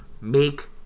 Make